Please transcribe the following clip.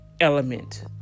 element